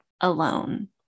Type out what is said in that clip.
alone